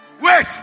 Wait